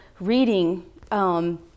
reading